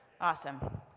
Awesome